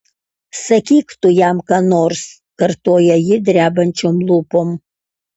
sakyk tu jam ką nors kartoja ji drebančiom lūpom